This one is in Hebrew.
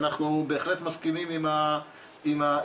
אנחנו בהחלט מסכימים עם רן,